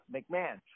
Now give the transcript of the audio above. McMahon